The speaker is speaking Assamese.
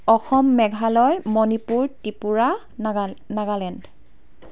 অসম মেঘালয় মণিপুৰ ত্ৰিপুৰা নগা নাগালেণ্ড